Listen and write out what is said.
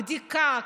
בדיקה,